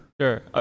Sure